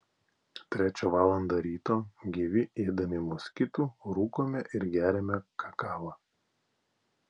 trečią valandą ryto gyvi ėdami moskitų rūkome ir geriame kakavą